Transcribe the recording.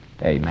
Amen